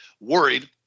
worried